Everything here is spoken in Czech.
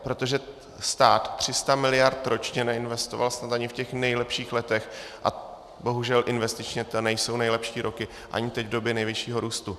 Protože stát 300 mld. ročně neinvestoval snad ani v těch nejlepších letech a bohužel investičně to nejsou nejlepší roky ani teď, v době největšího růstu.